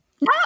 No